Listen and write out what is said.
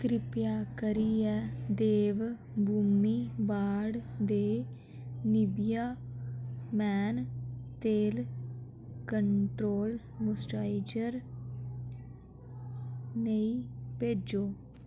किरपा करियै देवभूमि ब्रांड दे नीविया मैन तेल कंट्रोल मॉइस्चराइजर नेईं भेजो